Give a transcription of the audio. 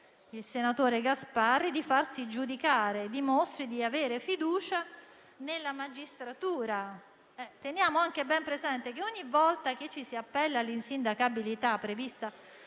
il senatore Gasparri di farsi giudicare, ma dimostri di avere fiducia nella magistratura. Teniamo anche ben presente che, ogni volta che ci si appella all'insindacabilità prevista